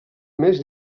més